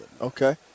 Okay